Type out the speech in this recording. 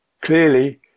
Clearly